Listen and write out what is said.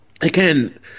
again